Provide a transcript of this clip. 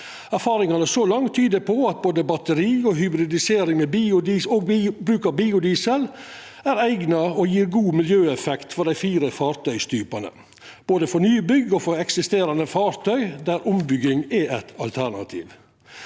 Erfaringane så langt tyder på at både batteri, hybridisering og bruk av biodiesel er eigna og gjev god miljøeffekt for dei fire fartøytypane, både for nybygg og for eksisterande fartøy der ombygging er eit alternativ.